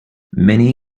many